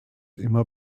immer